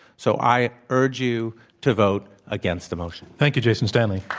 so i urge you to vote against the motion. thank you, jason stanley.